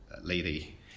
lady